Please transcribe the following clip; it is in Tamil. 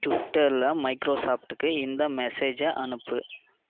ட்விட்டரில் மைக்ரோசாஃப்ட்டுக்கு இந்த மெஸேஜை அனுப்பு